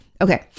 Okay